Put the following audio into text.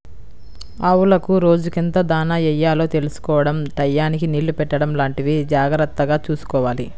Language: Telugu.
ఆవులకు రోజుకెంత దాణా యెయ్యాలో తెలుసుకోడం టైయ్యానికి నీళ్ళు పెట్టడం లాంటివి జాగర్తగా చూసుకోవాలి